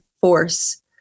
force